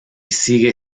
sigue